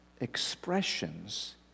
expressions